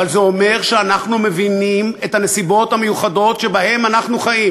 אבל זה אומר שאנחנו מבינים את הנסיבות המיוחדות שבהן אנחנו חיים,